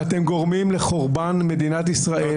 אתם גורמים לחורבן מדינת ישראל.